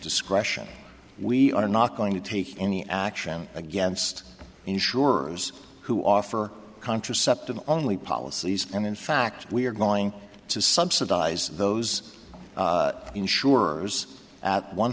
discretion we are not going to take any action against insurers who offer contraceptive only policies and in fact we are going to subsidize those insurers at one